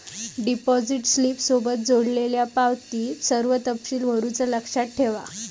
deposit स्लिपसोबत जोडलेल्यो पावतीत सर्व तपशील भरुचा लक्षात ठेवा